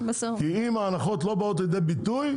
כי אם ההנחות לא באות לידי ביטוי,